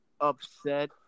upset